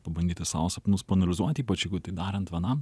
pabandyti savo sapnus paanalizuoti ypač jeigu tai darant vienam